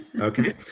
okay